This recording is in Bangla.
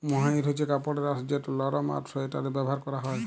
মোহাইর হছে কাপড়ের আঁশ যেট লরম আর সোয়েটারে ব্যাভার ক্যরা হ্যয়